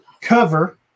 cover